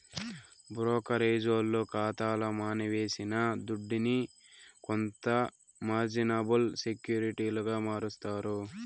బ్రోకరేజోల్లు కాతాల మనమేసిన దుడ్డుని కొంత మార్జినబుల్ సెక్యూరిటీలుగా మారస్తారు